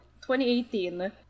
2018